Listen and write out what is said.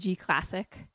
classic